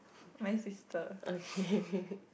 my sister